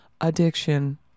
Addiction